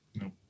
no